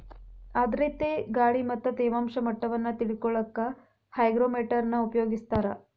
ಆರ್ಧ್ರತೆ ಗಾಳಿ ಮತ್ತ ತೇವಾಂಶ ಮಟ್ಟವನ್ನ ತಿಳಿಕೊಳ್ಳಕ್ಕ ಹೈಗ್ರೋಮೇಟರ್ ನ ಉಪಯೋಗಿಸ್ತಾರ